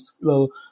little